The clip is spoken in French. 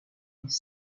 les